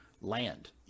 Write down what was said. land